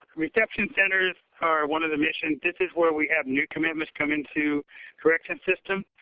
reception centers are one of the missions. this is where we have new commitments come into correction system.